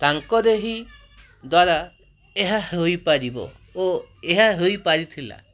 ତାଙ୍କର ହିଁ ଦ୍ଵାରା ଏହା ହୋଇପାରିବ ଓ ଏହା ହୋଇପାରିଥିଲା